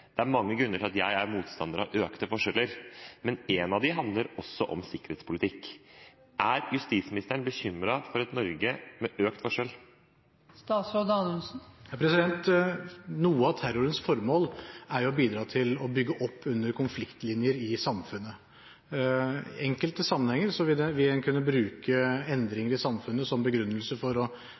Det er mange grunner til at jeg er motstander av økte forskjeller, men en av dem handler om sikkerhetspolitikk. Er justisministeren bekymret for et Norge med økte forskjeller? Noe av terrorens formål er jo å bidra til å bygge opp under konfliktlinjer i samfunnet. I enkelte sammenhenger vil en kunne bruke endringer i samfunnet som begrunnelse for